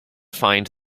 find